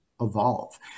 evolve